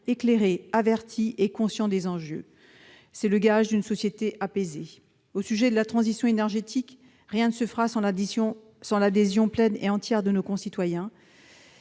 éclairé, averti et conscient des enjeux. C'est le gage d'une société apaisée. S'agissant de la transition énergétique, rien ne se fera sans l'adhésion pleine et entière de nos concitoyens